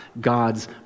God's